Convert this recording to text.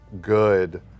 good